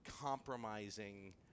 compromising